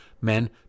men